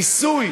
מיסוי